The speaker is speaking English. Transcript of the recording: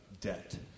debt